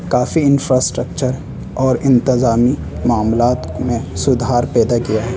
کافی infrastructure اور انتظامی معاملات میں سدھار پیدا کیا ہے